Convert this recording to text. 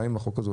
מה עם החוק הזה,